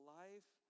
life